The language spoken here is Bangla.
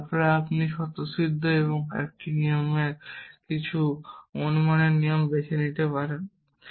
এবং তারপর আপনি স্বতঃসিদ্ধ এবং একটি নিয়মের কিছু অনুমানের নিয়ম বেছে নিতে পারেন